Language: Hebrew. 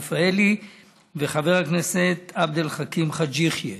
חברת הכנסת שולי מועלם-רפאלי וחבר הכנסת עבד אל חכים חאג' יחיא.